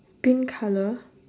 pink colour